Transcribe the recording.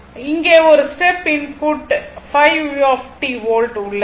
மற்றும் இங்கே ஒரு ஸ்டெப் இன்புட் 5 u வோல்ட் உள்ளது